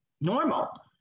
normal